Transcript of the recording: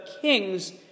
kings